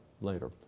later